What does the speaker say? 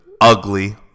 ugly